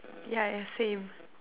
yeah same